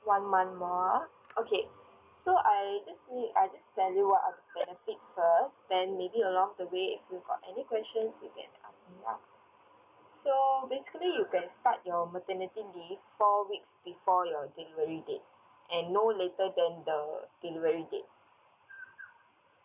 one month more okay so I just need I just tell you what are the benefits first then maybe along the way if you got any questions you can ask me up so basically you can start your maternity leave four weeks before your delivery date and no later than the delivery date